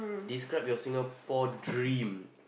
describe your Singapore dream